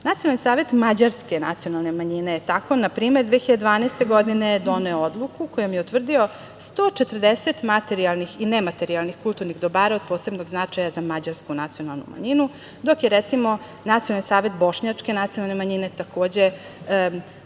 dobara. Nacionalni savet mađarske nacionalne manjine je tako, na primer, 2012. godine doneo odluku kojom je utvrdio 140 materijalnih i nematerijalnih kulturnih dobara od posebnog značaja za mađarsku nacionalnu manjinu, dok je, recimo, Nacionalni savet bošnjačke nacionalne manjine, takođe,